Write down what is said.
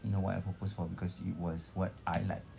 you know what I propose for because it was what I like